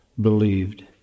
believed